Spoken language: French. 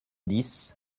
dix